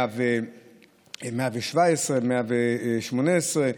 117, 118,